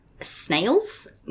snails